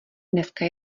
dneska